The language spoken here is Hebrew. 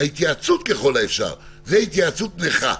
ההתייעצות ככל האפשר זאת התייעצות נכה.